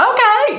Okay